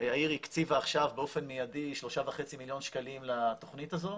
העיר הקציבה עכשיו באופן מיידי 3.5 מיליון שקלים לתוכנית הזו